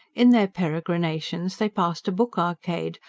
in their peregrinations they passed a book arcade,